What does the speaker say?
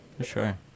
Sure